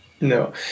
No